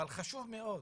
אבל חשוב מאוד